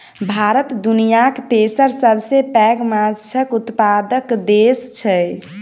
भारत दुनियाक तेसर सबसे पैघ माछक उत्पादक देस छै